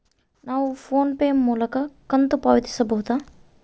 ನಾವು PhonePe ಮೂಲಕ ಕಂತು ಪಾವತಿಸಬಹುದಾ?